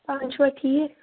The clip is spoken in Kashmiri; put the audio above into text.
پانہٕ چھِوا ٹھیٖک